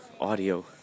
audio